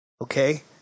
Okay